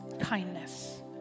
kindness